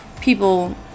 people